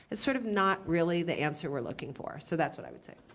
it's sort of not really the answer we're looking for. so that's what i would say.